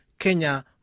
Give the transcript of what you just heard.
Kenya